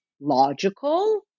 logical